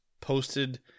posted